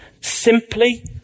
Simply